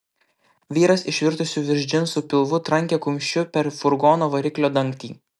vyras išvirtusiu virš džinsų pilvu trankė kumščiu per furgono variklio dangtį